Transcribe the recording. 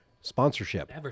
sponsorship